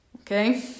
Okay